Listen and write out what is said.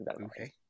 okay